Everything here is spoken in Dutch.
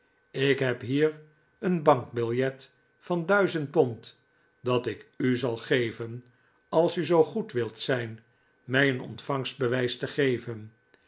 ik heb hier een bankbiljet van duizend pond dat ik u zal geven als u zoo goed wilt zijn mij een ontvangbewijs te geven